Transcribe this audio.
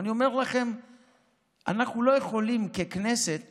אבל אני אומר לכם שאנחנו לא יכולים ככנסת